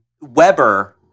Weber